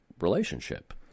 relationship